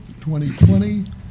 2020